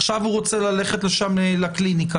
עכשיו הוא רוצה ללכת לשם לקליניקה,